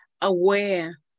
aware